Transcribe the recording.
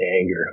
anger